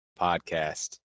podcast